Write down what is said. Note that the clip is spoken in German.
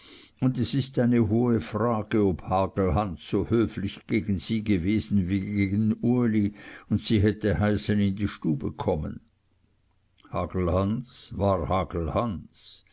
und es ist hohe frage ob hagelhans so höflich gegen sie gewesen wie gegen uli und sie hätte heißen in die stube kommen hagelhans war hagelhans